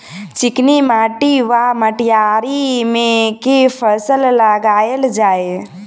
चिकनी माटि वा मटीयारी मे केँ फसल लगाएल जाए?